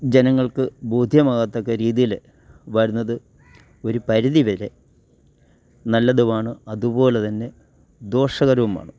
ജനങ്ങൾക്ക് ബോധ്യമാകത്തക്ക രീതിയിൽ വരുന്നത് ഒരു പരിധി വരെ നല്ലതുമാണ് അതുപോലെ തന്നെ ദോഷകരവുമാണ്